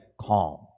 calm